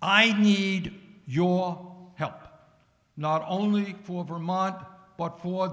i need your help not only for vermont but for